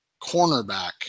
cornerback